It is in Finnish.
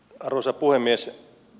arvoisa puhemies